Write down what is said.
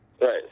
Right